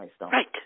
Right